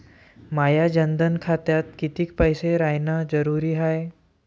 माया जनधन खात्यात कितीक पैसे रायन जरुरी हाय?